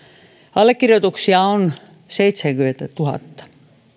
allekirjoituksia on seitsemänkymmentätuhatta